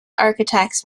architects